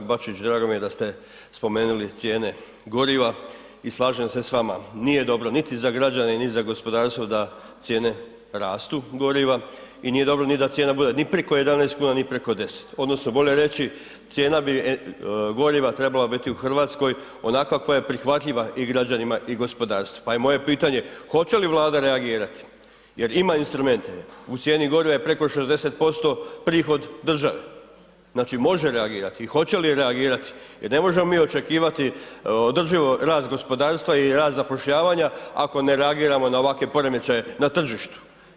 Hvala … [[Govornik se ne razumije]] kolega Bačić, drago mi je da ste spomenuli cijene goriva i slažem se s vama, nije dobro niti za građane, ni za gospodarstvo da cijene rastu goriva i nije dobro ni da cijena bude ni preko 11,00 kn, ni preko 10 odnosno bolje reći, cijena bi goriva trebala biti u RH onakva kakva je prihvatljiva i građanima i gospodarstvu, pa je moje pitanje, hoće li Vlada reagirati jer ima instrumente, u cijeni goriva je preko 60% prihod države, znači, može reagirati i hoće li reagirati jer ne možemo mi očekivati održivo rast gospodarstva i rast zapošljavanja ako ne reagiramo na ovakve poremećaje na tržištu.